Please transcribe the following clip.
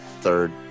Third